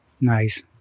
Nice